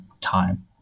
time